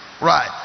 right